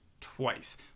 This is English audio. twice